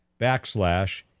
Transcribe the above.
backslash